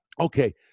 Okay